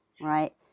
right